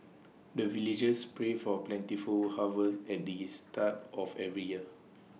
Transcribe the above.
the villagers pray for plentiful harvest at the yes start of every year